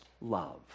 love